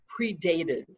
predated